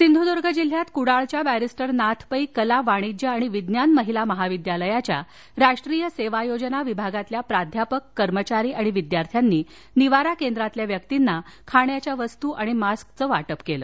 सिंध्द्र्ग जिल्ह्यात कुडाळच्या बॅरिस्टर नाथ पै कला वाणिज्य आणि विज्ञान महिला महाविद्यालयाच्या राष्ट्रीय सेवा योजना विभागातल्या प्राध्यापक कर्मचारी आणि विद्यार्थ्यांनी निवारा केंद्रातल्या व्यक्तींना खाण्याच्या वस्तू आणि मास्कचा वाटप केलं